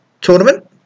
tournament